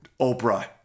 Oprah